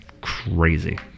crazy